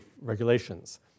regulations